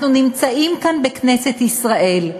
אנחנו נמצאים כאן, בכנסת ישראל,